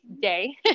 day